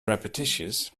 repetitious